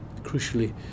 crucially